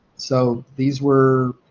so these were,